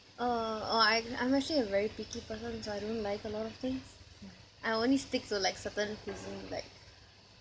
uh orh I'm I'm actually a very picky person so I don't like a lot of things I only stick to like certain cuisine like